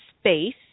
space